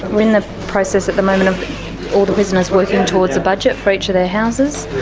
we're in the process at the moment of all the prisoners working towards a budget for each of their houses,